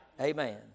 Amen